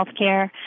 healthcare